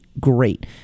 great